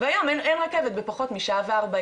והיום אין רכבת בפחות משעה ו-40,